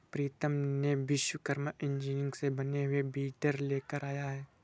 प्रीतम ने विश्वकर्मा इंजीनियरिंग से बने हुए वीडर लेकर आया है